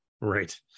right